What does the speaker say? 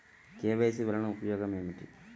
KYC వలన ఉపయోగం ఏమిటీ?